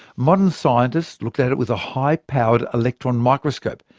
modern scientists looked at it with a high-powered electron microscope.